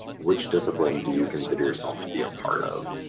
which discipline do you consider yourself to be a part of?